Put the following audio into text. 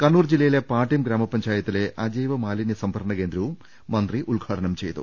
കണ്ണൂർ ജില്ലയിലെ പാട്യം ഗ്രാമപഞ്ചായത്തിലെ അജൈവ മാലിന്യ സംഭരണ കേന്ദ്രവും മന്ത്രി ഉദ്ഘാടനം ചെയ്തു